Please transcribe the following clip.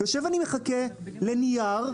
יושבים ומחכים לנייר.